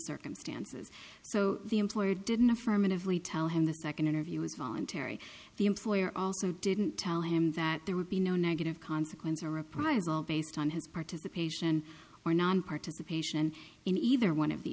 circumstances so the employer didn't affirmatively tell him the second interview was voluntary the employer also didn't tell him that there would be no negative consequence or reprisal based on his participation or nonparticipation in either one of the